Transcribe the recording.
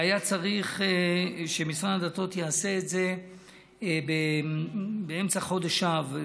והיה צריך שמשרד הדתות יעשה את זה באמצע חודש אב,